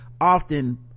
often